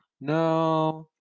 no